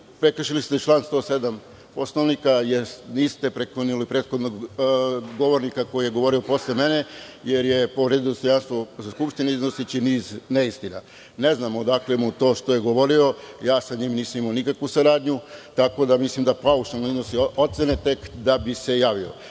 prekršili ste član 107. Poslovnika, jer niste prekinuli prethodnog govornika, koji je govorio posle mene, jer je povredio dostojanstvo Skupštine, iznoseći niz neistina. Ne znam odakle mu to što je govorio. Ja sa njim nisam imao nikakvu saradnju, tako da mislim da paušalno iznosi ocene tek da bi se javio.